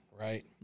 right